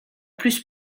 plus